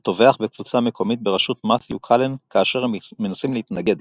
וטובח בקבוצה מקומית בראשות מתיו קאלן כאשר הם מנסים להתנגד לו.